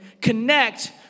connect